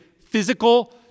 physical